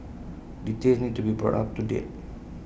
details need to be brought up to date